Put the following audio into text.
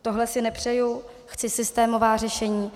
Tohle si nepřeju, chci systémová řešení.